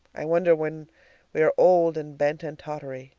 i wonder, when we are old and bent and tottery,